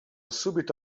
subito